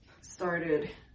started